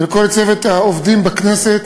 ולכל צוות העובדים בכנסת,